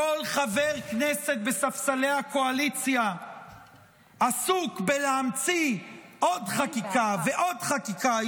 כל חבר כנסת בספסלי הקואליציה עסוק בלהמציא עוד חקיקה ועוד חקיקה,